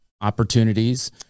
opportunities